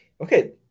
Okay